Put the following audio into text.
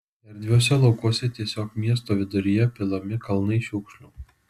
erdviuose laukuose tiesiog miesto viduryje pilami kalnai šiukšlių